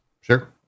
Sure